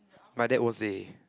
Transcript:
my dad won't say